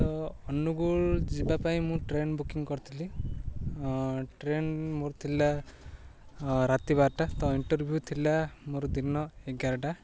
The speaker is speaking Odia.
ତ ଅନୁଗୁଳ ଯିବା ପାଇଁ ମୁଁ ଟ୍ରେନ୍ ବୁକିଂ କରିଥିଲି ଟ୍ରେନ୍ ମୋର ଥିଲା ରାତି ବାରଟା ତ ଇଣ୍ଟରଭ୍ୟୁ ଥିଲା ମୋର ଦିନ ଏଗାରଟା